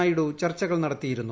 നായിഡു ്ചർച്ചകൾ നടത്തിയിരുന്നു